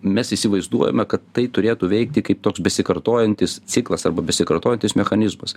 mes įsivaizduojame kad tai turėtų veikti kaip toks besikartojantis ciklas arba besikartojantis mechanizmas